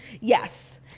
Yes